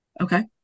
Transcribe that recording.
okay